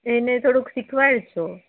એને થોડુંક શીખવાડજો